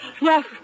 Yes